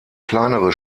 kleinere